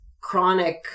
Chronic